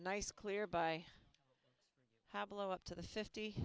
nice clear by how below up to the fifty